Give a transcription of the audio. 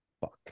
fuck